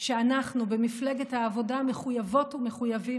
שאנחנו במפלגת העבודה מחויבות ומחויבים.